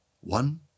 one